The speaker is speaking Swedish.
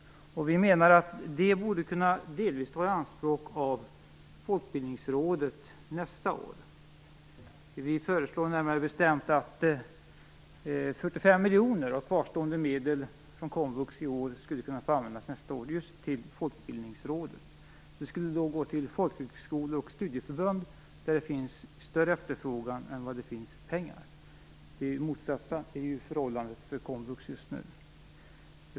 Vi menar att dessa delvis skulle kunna tas i anspråk av Folkbildningsrådet nästa år. Vi föreslår närmare bestämt att 45 miljoner kronor av kvarstående medel från komvux i år skulle kunna få användas nästa år av Folkbildningsrådet. Det skulle gå till folkhögskolor och studieförbund, där efterfrågan är större än vad det finns pengar för - alltså det motsatta förhållandet jämfört med komvux just nu.